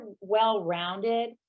well-rounded